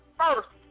first